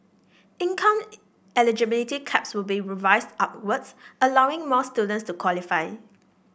income eligibility caps will be revised upwards allowing more students to qualify